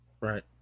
right